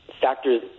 factors